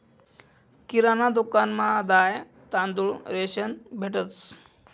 किराणा दुकानमा दाय, तांदूय, रेशन भेटंस